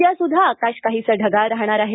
उद्यासुद्धा आकाश काहीसं ढगाळ राहणार आहे